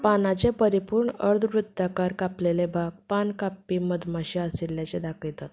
पानाचें परिपूर्ण अर्दवृत्ताकार कापलेले भाग पान कापपी मधमाशी आशिल्ल्याचें दाखयतात